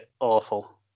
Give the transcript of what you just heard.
awful